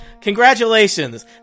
Congratulations